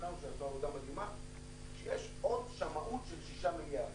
שיש עוד שמאות של 6 מיליארד.